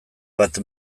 bat